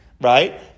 right